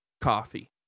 coffee